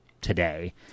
today